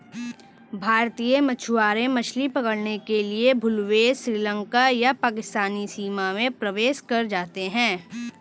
भारतीय मछुआरे मछली पकड़ने के लिए भूलवश श्रीलंका या पाकिस्तानी सीमा में प्रवेश कर जाते हैं